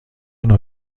نوع